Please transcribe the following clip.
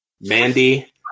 Mandy